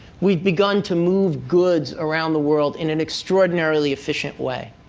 we've begun to move goods around the world in an extraordinarily efficient way.